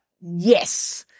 yes